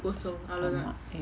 ஆமா:aama eh